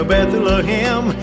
Bethlehem